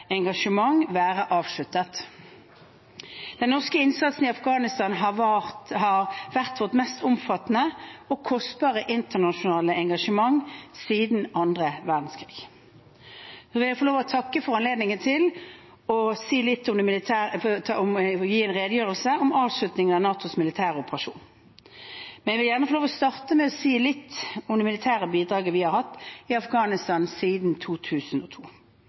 engasjement være avsluttet. Den norske innsatsen i Afghanistan har vært vårt mest omfattende og kostbare internasjonale engasjement siden annen verdenskrig. Jeg vil få lov til å takke for anledningen til å gi en redegjørelse om avslutningen av NATOs militære operasjon. Jeg vil gjerne få starte med å si litt om det militære bidraget vi har hatt i Afghanistan siden 2002.